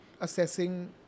assessing